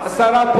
אין לך אף שר פה.